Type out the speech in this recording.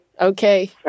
Okay